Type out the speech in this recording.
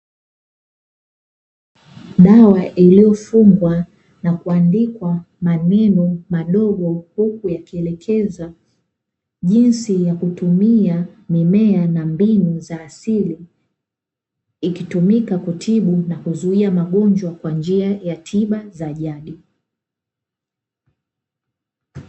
Dawa iliyofungwa na kuandikwa maneno madogo, huku yakielekeza jinsi ya kutumia mimea na mbinu za asili, ikitumika kutibu na kuzuia magonjwa kwa njia ya tiba za jadi.